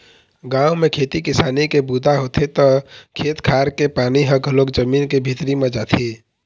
गाँव म खेती किसानी के बूता होथे त खेत खार के पानी ह घलोक जमीन के भीतरी म जाथे